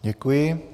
Děkuji.